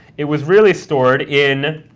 it was really stored in,